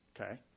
Okay